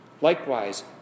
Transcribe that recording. Likewise